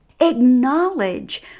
Acknowledge